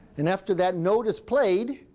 and after that note is played,